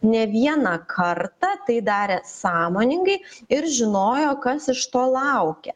ne vieną kartą tai darė sąmoningai ir žinojo kas iš to laukia